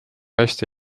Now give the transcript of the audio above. hästi